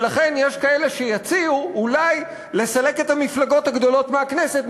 ולכן יש כאלה שיציעו אולי לסלק את המפלגות הגדולות מהכנסת,